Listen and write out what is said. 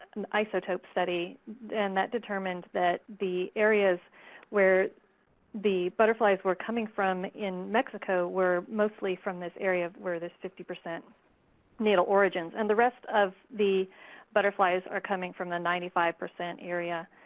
an isotope study, and that determined that the areas where the butterflies were coming from in mexico were mostly from this area where this fifty percent natal origins. and the rest of the butterflies are coming from the ninety five percent area.